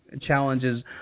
challenges